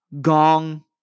Gong